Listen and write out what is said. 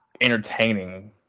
entertaining